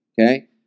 Okay